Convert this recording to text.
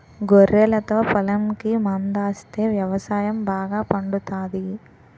గొర్రెలతో పొలంకి మందాస్తే వ్యవసాయం బాగా పండుతాది